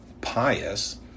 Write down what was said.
pious